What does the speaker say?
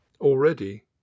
Already